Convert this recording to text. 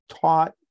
taught